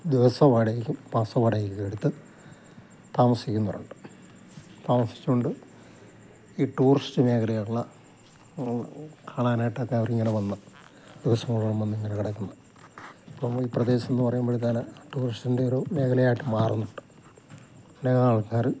ദിവസവാടകയ്ക്കും മാസവാടകയ്ക്കും എടുത്ത് താമസിക്കുന്നവരുണ്ട് താമസിച്ചുകൊണ്ട് ഈ ടൂറിസ്റ്റ് മേഖല കാണാനായിട്ടൊക്കെ അവരിങ്ങനെ വന്ന് ദിവസങ്ങളോളം വന്നിങ്ങനെ കിടക്കുന്നു ഇപ്പം ഈ പ്രദേശമെന്ന് പറയുമ്പോഴേക്കും ടൂറിസ്റ്റിൻ്റെ ഒരു മേഖലയായിട്ട് മാറുന്നുണ്ട് അനേകമാൾക്കാര്